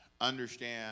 understand